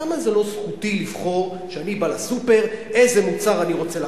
למה זו לא זכותי לבחור כשאני בא לסופר איזה מוצר אני רוצה לקחת?